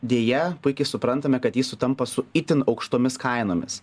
deja puikiai suprantame kad jis sutampa su itin aukštomis kainomis